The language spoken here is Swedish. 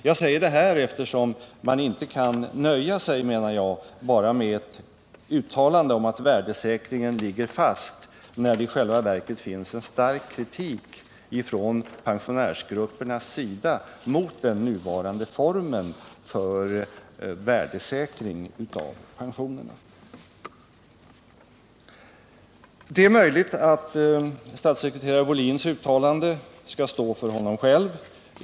Jag säger detta, eftersom man enligt min uppfattning inte kan nöja sig med ett uttalande om att värdesäkringen ligger fast, när det i själva verket finns en stark kritik från pensionärsgruppernas sida mot den nuvarande formen för värdesäkring av pensioner. Det är möjligt att statssekreterare Wohlins uttalande skall stå för honom själv.